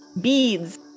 beads